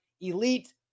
Elite